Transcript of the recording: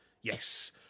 yes